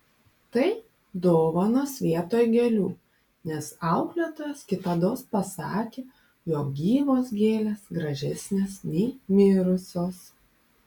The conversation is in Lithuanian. tai dovanos vietoj gėlių nes auklėtojas kitados pasakė jog gyvos gėlės gražesnės nei mirusios